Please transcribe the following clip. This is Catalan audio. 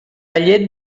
llet